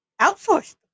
outsourced